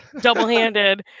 double-handed